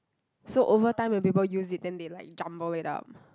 so over time when people use it then they like jumble it up